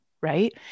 Right